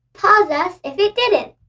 pause us if it did it.